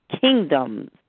Kingdoms